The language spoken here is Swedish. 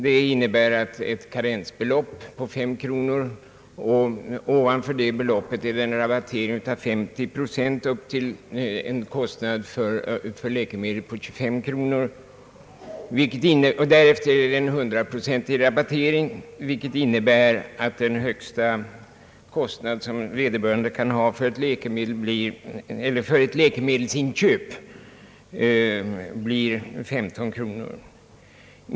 Det innebär ett karensbelopp på 5 kronor. Ovanpå detta belopp är rabatteringen 50 procent upp till en läkemedelskostnad på 25 kronor. Därefter är rabatteringen 100 procent, vilket innebär att den högsta kostnad en person kan ha för ett läkemedelsinköp blir 15 kronor.